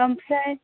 आमफ्राइ